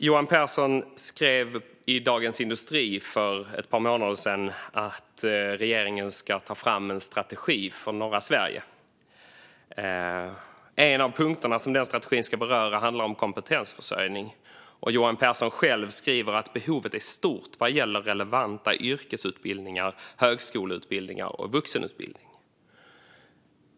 Johan Pehrson skrev som sagt i Dagens industri för ett par månader sedan att regeringen ska ta fram en strategi för norra Sverige. En av punkterna som den strategin ska beröra handlar om kompetensförsörjning. Johan Pehrson skriver själv att behovet är stort vad gäller relevanta yrkesutbildningar, högskoleutbildningar och vuxenutbildningar.